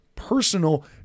personal